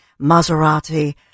Maserati